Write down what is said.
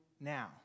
now